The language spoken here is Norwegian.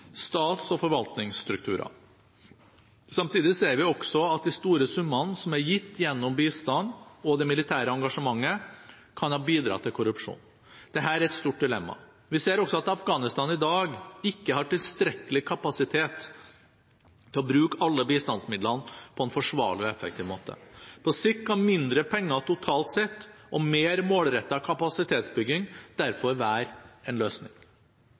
stats- og forvaltningsstrukturer. Samtidig ser vi også at de store summene som er gitt gjennom bistand og det militære engasjementet, kan ha bidratt til korrupsjon. Dette er et stort dilemma. Vi ser også at Afghanistan i dag ikke har tilstrekkelig kapasitet til å bruke alle bistandsmidlene på en forsvarlig og effektiv måte. På sikt kan mindre penger totalt sett og mer målrettet kapasitetsbygging derfor være en løsning.